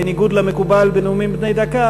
בניגוד למקובל בנאומים בני דקה,